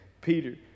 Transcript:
Peter